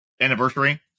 anniversary